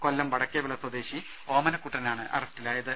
കൊല്ലം വടക്കേവിള സ്വദേശി ഓമനക്കുട്ടനാണ് അറസ്റ്റിലായത്